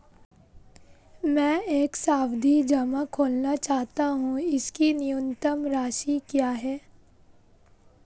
मैं एक सावधि जमा खोलना चाहता हूं इसकी न्यूनतम राशि क्या है?